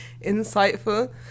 insightful